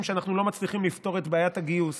שבהן אנחנו לא מצליחים לפתור את בעיית הגיוס